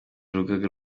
urugaga